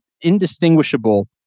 indistinguishable